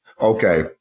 Okay